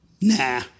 Nah